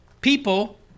people